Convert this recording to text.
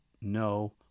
no